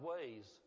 ways